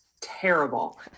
terrible